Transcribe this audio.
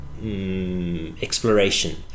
exploration